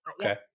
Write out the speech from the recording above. okay